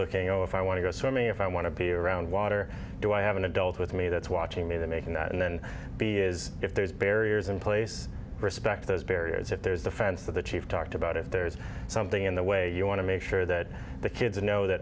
looking over i want to go swimming if i want to be around water do i have an adult with me that's watching me that making that and then be is if there's barriers in place respect those barriers that there's the fence that the chief talked about if there's something in the way you want to make sure that the kids know that